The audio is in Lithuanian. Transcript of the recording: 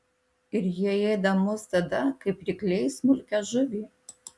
ir jie ėda mus tada kaip rykliai smulkią žuvį